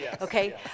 Okay